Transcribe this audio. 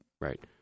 Right